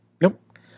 Nope